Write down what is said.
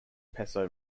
peso